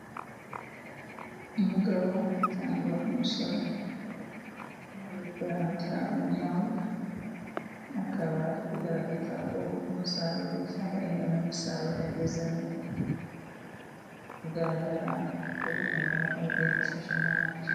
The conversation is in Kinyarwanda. Umugabo cyangwa umusore uri kurandura ubunyobwa, akaba ari kugaragaza ubwoko bw'umusaruro cyangwa ingano y'umusaruro, yagezeho kugaragara k'ubunyobwa bwe, afashe mu ntoki.